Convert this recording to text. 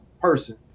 person